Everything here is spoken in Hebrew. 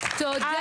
אבל -- תודה